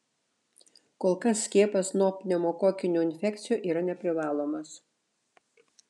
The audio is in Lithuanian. kol kas skiepas nuo pneumokokinių infekcijų yra neprivalomas